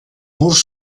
murs